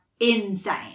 insane